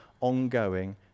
ongoing